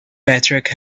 patrick